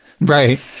Right